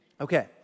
Okay